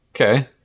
Okay